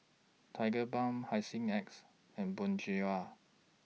Tigerbalm Hygin X and Bonjela